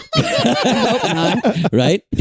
Right